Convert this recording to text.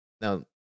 now